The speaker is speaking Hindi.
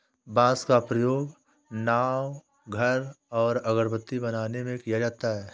बांस का प्रयोग घर, नाव और अगरबत्ती बनाने में किया जाता है